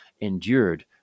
endured